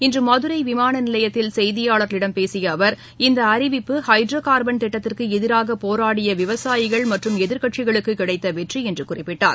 இன்று மதுரை விமான நிலையத்தில் செய்தியாளர்களிடம் பேசிய அவர் இந்த அறிவிப்பு ஹைட்ரோ கார்பன் திட்டத்திற்கு எதிராக போராடிய விவசாயிகள் மற்றும் எதிர்க்கட்சிகளுக்கு கிடைத்த வெற்றி என்று குறிப்பிட்டார்